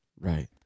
right